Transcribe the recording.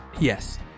Yes